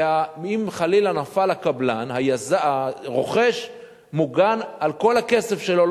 ואם חלילה נפל הקבלן, הרוכש מוגן, על כל הכסף שלו.